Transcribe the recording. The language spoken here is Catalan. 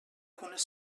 algunes